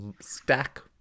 stack